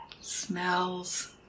smells